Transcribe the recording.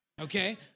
Okay